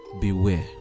beware